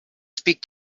speak